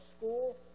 school